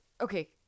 Okay